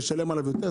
לשלם עליו יותר,